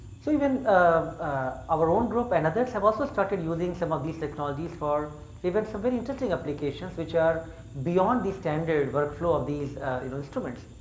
so, even our own group and others have also started using some of these technologies for even some very interesting applications which are beyond the standard workflow of these you know instruments.